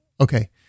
Okay